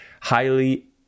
highly